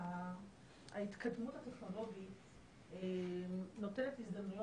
ההתקדמות הטכנולוגית נותנת הזדמנויות,